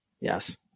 Yes